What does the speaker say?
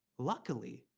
luckily,